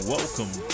Welcome